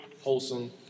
wholesome